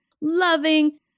loving